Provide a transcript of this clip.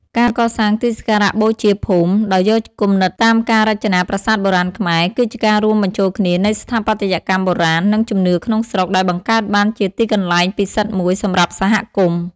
ការកសាងទីសក្ការៈបូជាភូមិ ដោយយកគំនិតតាមការរចនាប្រាសាទបុរាណខ្មែរ គឺជាការរួមបញ្ចូលគ្នានៃស្ថាបត្យកម្មបុរាណ និងជំនឿក្នុងស្រុក ដែលបង្កើតបានជាទីកន្លែងពិសិដ្ឋមួយសម្រាប់សហគមន៍។